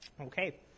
okay